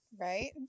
right